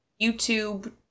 YouTube